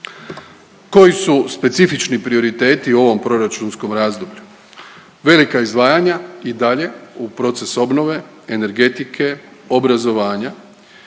Koji su specifični prioriteti u ovom proračunsko razdoblju? Velika izdvajanja i dalje u procesu obnove, energetike, obrazovanja.